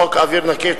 חוק אוויר נקי,